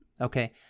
Okay